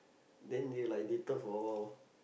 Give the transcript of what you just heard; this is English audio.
then they like dated for awhile